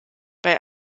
bei